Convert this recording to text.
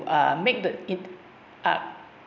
uh make the it up